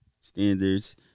standards